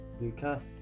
Lucas